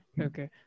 Okay